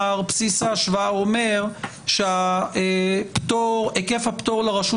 לומר שבסיס ההשוואה אומר שהיקף הפטור לרשות